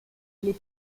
les